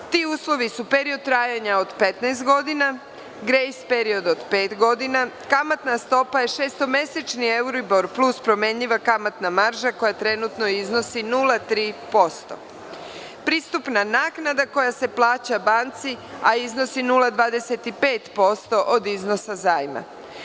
Ti uslovi su period trajanja od 15 godina, grejs period od pet godina, kamatna stopa je šestomesečni euribor plus promenjiva kamatna marža koja trenutno iznosi 0,3%, pristupna naknada koja se plaća banci iznosi 0,25% od iznosa zajma.